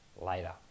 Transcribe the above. later